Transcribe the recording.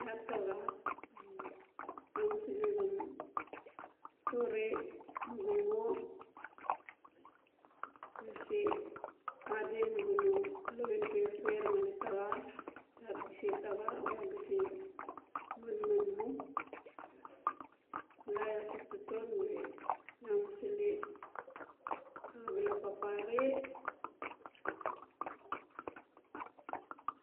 Iaa taxa amusili xan totore nugu mo iaa se adi nugu no lawin perper ngali taxa iaa tise taxa o iaa gase manman mu bala iaa suk taton we iaa musili abala papare